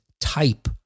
type